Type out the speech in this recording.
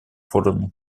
форуме